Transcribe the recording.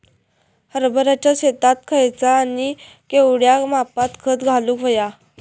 हरभराच्या शेतात खयचा आणि केवढया मापात खत घालुक व्हया?